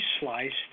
sliced